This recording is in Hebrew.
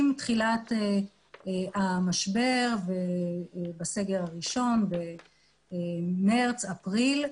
עם תחילת המשבר ובסגר הראשון במארס-אפריל,